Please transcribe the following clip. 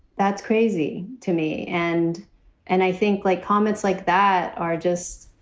that's crazy to me. and and i think, like comments like that are just,